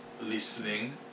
listening